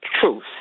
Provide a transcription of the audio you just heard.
truth